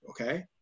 okay